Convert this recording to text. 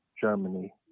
germany